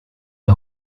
der